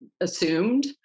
assumed